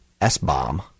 S-bomb